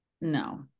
No